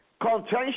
Contention